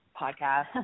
podcast